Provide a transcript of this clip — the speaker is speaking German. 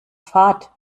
fahrt